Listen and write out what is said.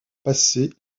passer